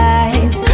eyes